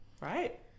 right